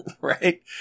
Right